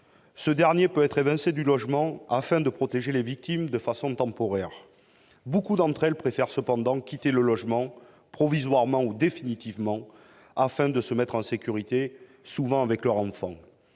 Ce dernier peut être évincé du logement afin de protéger les victimes de façon temporaire. Beaucoup d'entre elles préfèrent cependant quitter le logement, provisoirement ou définitivement, afin de se mettre en sécurité, souvent avec leurs enfants.